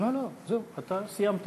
זהו, אתה סיימת.